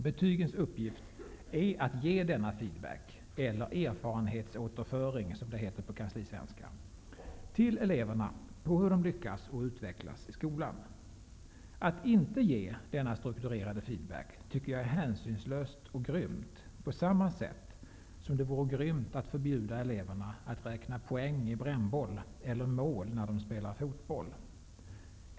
Betygens uppgift är att ge denna feedback - eller erfarenhetsåterföring, som det heter på kanslisvenska - till eleverna på hur de lyckas och utvecklas i skolan. Att inte ge denna strukturerade feedback tycker jag är hänsynslöst och grymt - på samma sätt som det vore grymt att förbjuda eleverna att räkna poäng i brännboll eller mål när de spelar fotboll.